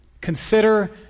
Consider